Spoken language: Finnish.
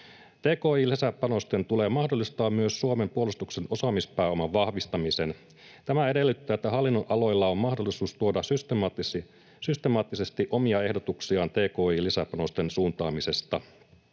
Tki-lisäpanosten tulee mahdollistaa myös Suomen puolustuksen osaamispääoman vahvistaminen. Tämä edellyttää, että hallinnonaloilla on mahdollisuus tuoda systemaattisesti omia ehdotuksiaan tki-lisäpanosten suuntaamisesta.